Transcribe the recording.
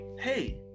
hey